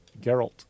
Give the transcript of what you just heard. Geralt